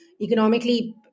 economically